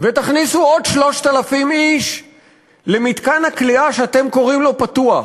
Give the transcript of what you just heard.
ותכניסו עוד 3,000 למתקן הכליאה שאתם קוראים לו "פתוח"